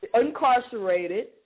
incarcerated